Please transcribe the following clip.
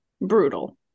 brutal